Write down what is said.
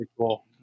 cool